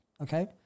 okay